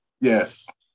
Yes